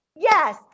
Yes